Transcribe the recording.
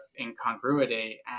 incongruity